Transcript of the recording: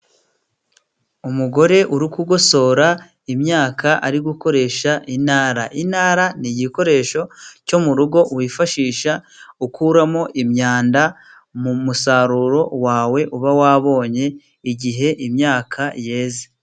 Umugore uri kugosora imyaka, ari gukoresha intara. Intara ni igikoresho cyo mu rugo, wifashisha ukuramo imyanda mu musaruro wawe, uba wabonye igihe imyaka yeze.